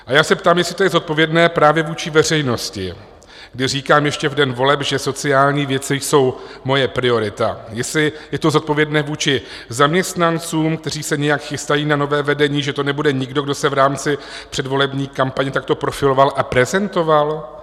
A já se ptám, jestli to je zodpovědné právě vůči veřejnosti, kdy říkám ještě v den voleb, že sociální věci jsou moje priorita, jestli je to zodpovědné vůči zaměstnancům, kteří se nějak chystají na nové vedení, že to nebude nikdo, kdo se v rámci předvolební kampaně takto profiloval a prezentoval?